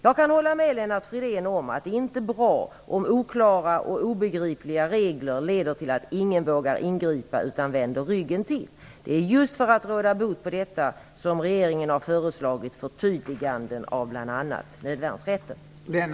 Jag kan hålla med Lennart Fridén om att det inte är bra om oklara och obegripliga regler leder till att ingen vågar ingripa utan vänder ryggen till. Det är just för att råda bot på detta som regeringen har föreslagit förtydliganden av bl.a. nödvärnsrätten.